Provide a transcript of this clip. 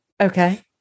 Okay